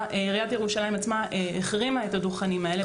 עיריית ירושלים עצמה החרימה את הדוכנים האלה.